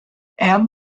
and